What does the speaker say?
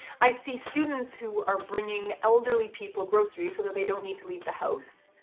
i see students who are bringing elderly people groceries so that they don't need to leave the house.